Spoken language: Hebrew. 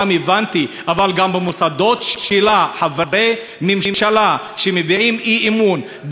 אבל גם במוסדות שלה: חברי ממשלה שמביעים אי-אמון ברמטכ"ל